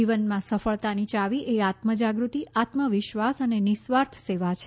જીવનમાં સફળતાની ચાવી એ આત્મ જાગૃતિ આત્મવિશ્વાસ અને નિસ્વાર્થ સેવા છે